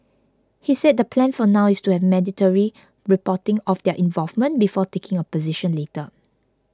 he said the plan for now is to have mandatory reporting of their involvement before taking a position later